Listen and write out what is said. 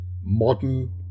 modern